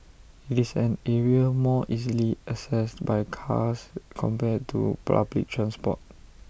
IT is an area more easily accessed by cars compared to public transport